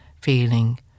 feeling